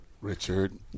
Richard